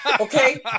okay